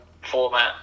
format